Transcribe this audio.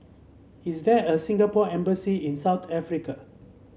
is there a Singapore Embassy in South Africa